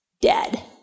Dead